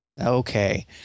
Okay